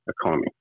economy